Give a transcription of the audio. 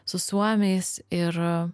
su suomiais ir